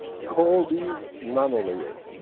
call these nano-layers.